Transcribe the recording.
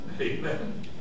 Amen